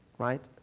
right?